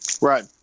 right